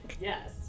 Yes